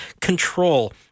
control